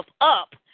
up